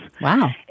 Wow